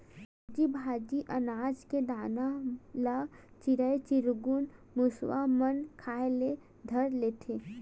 सब्जी भाजी, अनाज के दाना ल चिरई चिरगुन, मुसवा मन खाए ल धर लेथे